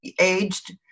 aged